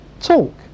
talk